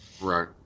right